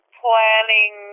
planning